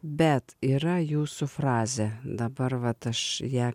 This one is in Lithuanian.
bet yra jūsų frazė dabar vat aš ją